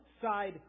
side